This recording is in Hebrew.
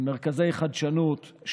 מרכזי חדשנות,